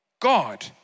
God